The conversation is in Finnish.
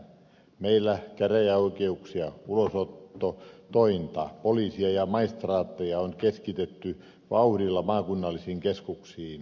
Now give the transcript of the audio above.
meillä käräjäoikeuksia ulosottotointa poliisia ja maistraatteja on keskitetty vauhdilla maakunnallisiin keskuksiin